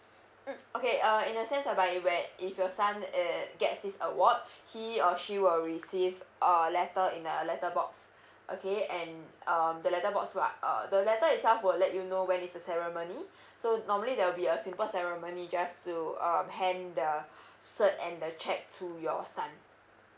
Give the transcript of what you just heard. mm okay uh in a sense of like if where if your son eh gets this award he or she will receive uh letter in a letter box okay and um the letter box to uh the letter itself will let you know when is the ceremony so normally there will be a simple ceremony just to um hand the cert and the cheque to your son